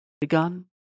begun